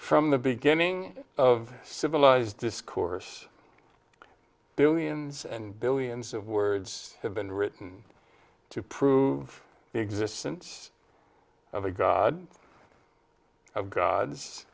from the beginning of civilized discourse billions and billions of words have been written to prove the existence of a god of god